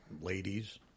ladies